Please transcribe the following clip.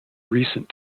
recent